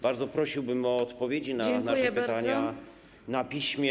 Bardzo prosiłbym o odpowiedzi na nasze pytania na piśmie.